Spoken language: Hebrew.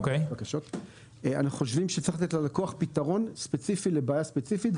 אנחנו חושבים שצריך לתת ללקוח פתרון ספציפי לבעיה ספציפית.